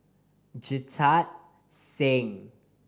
Jita Singh